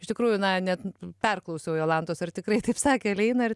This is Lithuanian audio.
iš tikrųjų na net perklausiau jolantos ar tikrai taip sakė leinartė